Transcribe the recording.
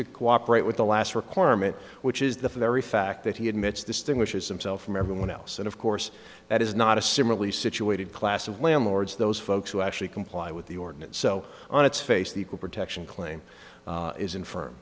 to cooperate with the last requirement which is the very fact that he admits distinguishes them self from everyone else and of course that is not a similarly situated class of landlords those folks who actually comply with the ordinance so on its face the protection claim